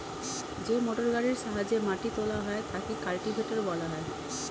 যে মোটরগাড়ির সাহায্যে মাটি তোলা হয় তাকে কাল্টিভেটর বলা হয়